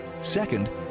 second